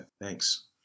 thanks